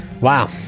Wow